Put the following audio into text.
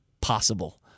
possible